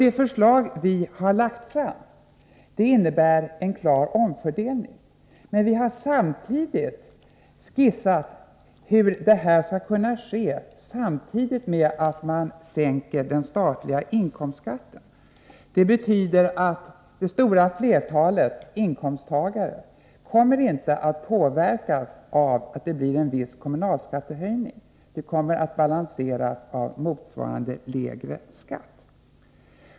Det förslag som vi moderater lagt fram innebär en klar omfördelning, men vi har också skissat hur detta skall kunna ske samtidigt med att man sänker den statliga inkomstskatten. Det betyder att det stora flertalet inkomsttagare inte kommer att påverkas av att det blir en viss kommunalskattehöjning; den kommer att balanseras av motsvarande lägre statsskatt.